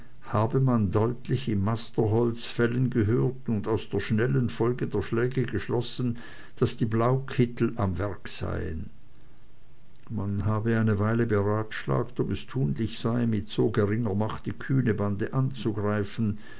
habe man deutlich im masterholz fällen gehört und aus der schnellen folge der schläge geschlossen daß die blaukittel am werk seien man habe nun eine weile beratschlagt ob es tunlich sei mit so geringer macht die kühne bande anzugreifen